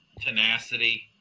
tenacity